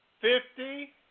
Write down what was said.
fifty